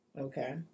Okay